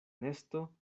nesto